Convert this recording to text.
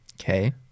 Okay